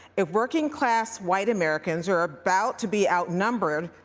if working class, white americans are about to be outnumbered,